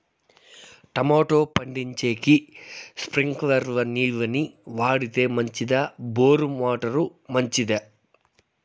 Tomato పండించేకి స్ప్రింక్లర్లు నీళ్ళ ని వాడితే మంచిదా బోరు మోటారు మంచిదా?